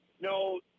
No